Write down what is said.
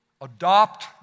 adopt